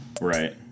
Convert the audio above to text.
Right